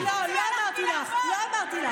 את יודעת איזה תקרות זכוכית עומדות בפני נשים מסוימות.